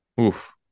Oof